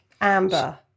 Amber